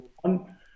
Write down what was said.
one